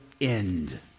end